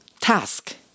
task